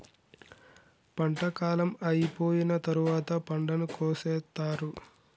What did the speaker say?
పంట కాలం అయిపోయిన తరువాత పంటను కోసేత్తారు